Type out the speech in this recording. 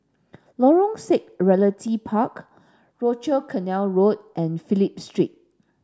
Lorong six Realty Park Rochor Canal Road and Phillip Street